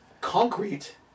concrete